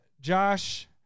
Josh